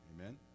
amen